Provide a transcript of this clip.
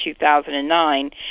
2009